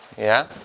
yeah?